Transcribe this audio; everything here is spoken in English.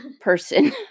person